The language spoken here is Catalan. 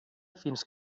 fins